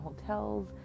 hotels